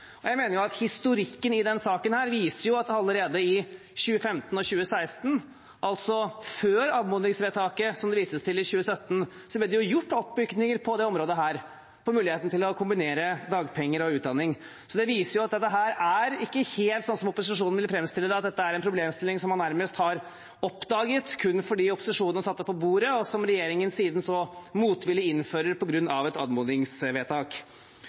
motvillig. Jeg mener at historikken i denne saken viser at det allerede i 2015 og 2016 – altså før anmodningsvedtaket i 2017 som det vises til– ble gjort oppmykninger på dette området når det gjelder muligheten til å kombinere dagpenger og utdanning. Det viser at dette ikke er helt sånn som opposisjonen vil framstille det – at dette er en problemstilling som man nærmest har oppdaget kun fordi opposisjonen har satt det på bordet, og som regjeringen siden motvillig innfører på grunn av et anmodningsvedtak.